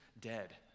dead